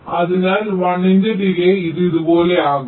അതിനാൽ 1 ന്റെ ഡിലേയ് ഇത് ഇതുപോലെയാകും